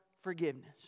forgiveness